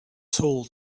tool